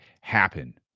happen